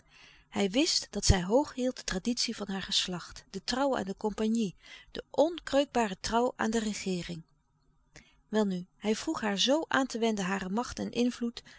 hij wist dat zij hoog hield de traditie van haar geslacht de trouw aan de compagnie de onkreukbare trouw aan de regeering welnu hij vroeg haar zoo aan te wenden hare macht en invloed